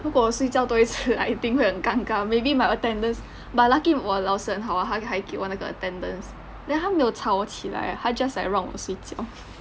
如果我睡觉多一次 I think 会很尴尬 maybe my attendance but lucky 我老师很好他还给我那个 attendance then 他没有吵我起来他 just like 让我睡觉